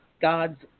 God's